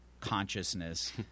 consciousness